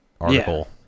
article